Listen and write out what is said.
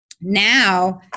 now